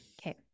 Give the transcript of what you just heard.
okay